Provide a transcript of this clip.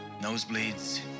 nosebleeds